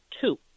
two